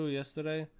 yesterday